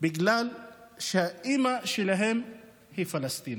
בגלל שהאימא שלהם היא פלסטינית.